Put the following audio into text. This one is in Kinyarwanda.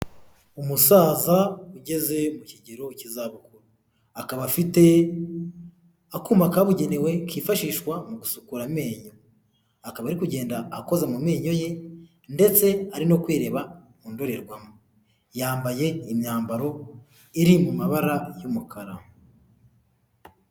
Umusaza ugeze mu kigero cy'izabukuru, akaba afite akuma kabugenewe kifashishwa mu gusukura amenyo, akaba ari kugenda akoza mu menyo ye ndetse ari no kwireba mu ndorerwamo. Yambaye imyambaro iri mu mabara y'umukara.